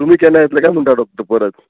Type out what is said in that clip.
तुमी केन्ना येतले कांय म्हणटा डॉक्टर परत